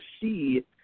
see